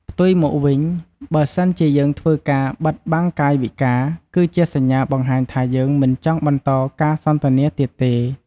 ផ្ទុយមកវិញ បើសិនជាយើងធ្វើការបិតបាំងកាយវិការ គឺជាសញ្ញាបង្ហាញថាយើងមិនចង់បន្តការសន្ទនាទៀតទេ។